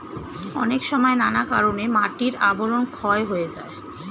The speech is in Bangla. অনেক সময় নানা কারণে মাটির আবরণ ক্ষয় হয়ে যায়